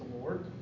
Lord